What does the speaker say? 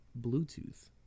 bluetooth